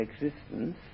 existence